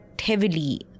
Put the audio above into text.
heavily